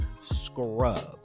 scrub